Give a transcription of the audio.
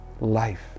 life